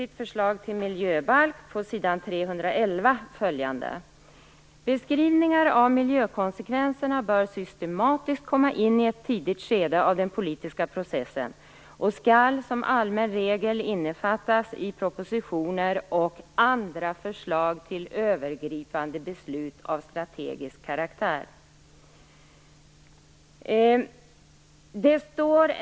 311 följande: Beskrivningar av miljökonsekvenserna bör systematiskt komma in i ett tidigt skede av den politiska processen och skall som allmän regel innefattas i propositioner och andra förslag till övergripande beslut av strategisk karaktär.